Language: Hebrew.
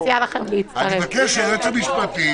אני מבקש מחברי הוועדה לשבת,